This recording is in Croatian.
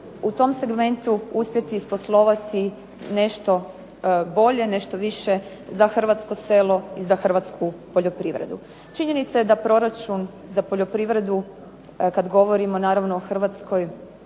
u tom segmentu uspjeti isposlovati nešto bolje, nešto više za Hrvatsko selo i za Hrvatsku poljoprivredu. Činjenica je da proračun za poljoprivredu kada govorimo naravno o Hrvatskoj